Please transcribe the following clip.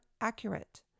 accurate